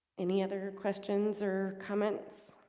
any other questions or comments